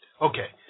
Okay